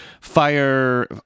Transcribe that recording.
fire